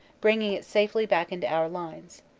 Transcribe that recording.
bringing it safely back into our lines.